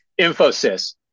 Infosys